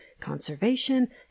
conservation